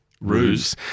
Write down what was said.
ruse